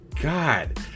God